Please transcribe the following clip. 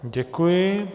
Děkuji.